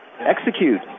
execute